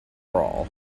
all